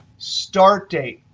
start date.